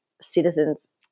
citizens